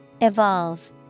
Evolve